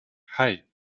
hei